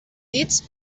dits